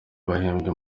bahembwe